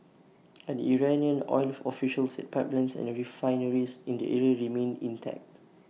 an Iranian oil official said pipelines and refineries in the area remained intact